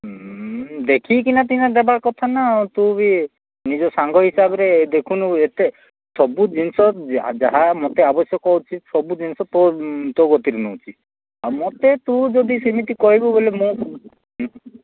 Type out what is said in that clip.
ଉଁ ଦେଖିକିନା ସିନା ଦେବା କଥା ନା ହଁ ତୁ ବି ନିଜ ସାଙ୍ଗ ହିସାବରେ ଦେଖୁନୁ ଏତେ ସବୁ ଜିନିଷ ଯାହା ମୋତେ ଆବଶ୍ୟକ ଅଛି ସବୁ ଜିନିଷ ତୋ ତୋ କତିରେ ନେଉଛି ମୋତେ ତୁ ଯଦି ସେମିତି କହିବୁ ବୋଲେ ମୁଁ